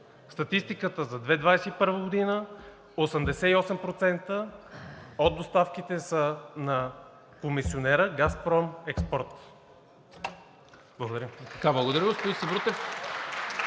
Статистиката за 2021 г. – 88% от доставките са на комисионера „Газпром Експорт“. Благодаря.